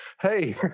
hey